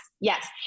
Yes